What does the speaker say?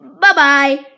Bye-bye